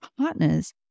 partners